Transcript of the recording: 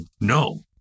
no